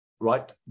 right